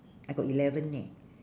I got eleven eh